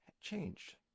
changed